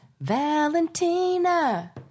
Valentina